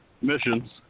missions